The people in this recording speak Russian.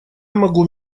могу